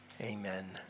amen